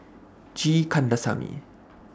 G Kandasamy